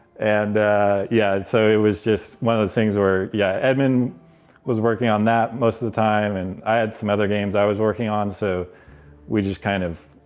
and yeah, so it was just one of those things where, yeah, edmund was working on that most of the time, and i had some other games that i was working on. so we just kind of,